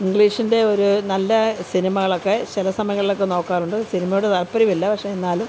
ഇംഗ്ലീഷിൻ്റെ ഒരു നല്ല സിനിമകളൊക്കെ ചില സമയങ്ങളിലൊക്കെ നോക്കാറുണ്ട് സിനിമയോട് താൽപ്പര്യം ഇല്ല പക്ഷേ എന്നാലും